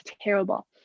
terrible